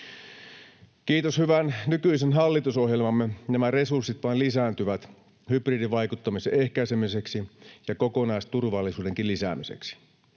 Kiitos hyvän, nykyisen hallitusohjelmamme, nämä resurssit vain lisääntyvät hybridivaikuttamisen ehkäisemiseksi ja kokonaisturvallisuudenkin lisäämiseksi.